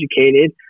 educated